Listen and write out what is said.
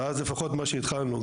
ואז לפחות מה שהתחלנו,